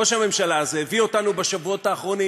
ראש הממשלה הזה הביא אותנו בשבועות האחרונים